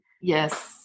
Yes